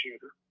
Shooter